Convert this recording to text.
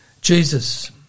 Jesus